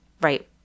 Right